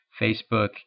Facebook